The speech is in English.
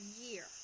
year